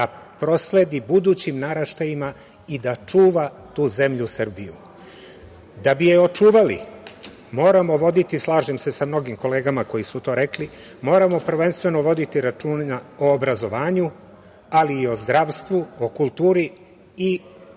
da prosledi budućim naraštajima i da čuva tu zemlju Srbiju. Da bi je očuvali moramo voditi, slažem se sa mnogim kolegama koje su to rekle, moramo prvenstveno voditi računa o obrazovanju, ali i o zdravstvu, kulturi i o